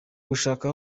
gushaka